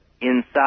inside